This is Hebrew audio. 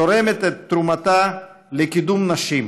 תורמת את תרומתה לקידום נשים: